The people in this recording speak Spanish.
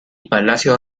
palacios